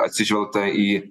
atsižvelgta į